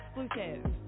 exclusive